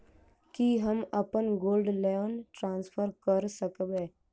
की हम अप्पन gold loan transfer करऽ सकबै?